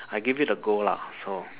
I give it a go lah so